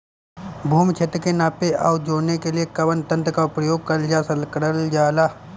भूमि क्षेत्र के नापे आउर जोड़ने के लिए कवन तंत्र का प्रयोग करल जा ला?